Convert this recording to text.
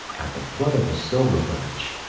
at the foot of a silver birch,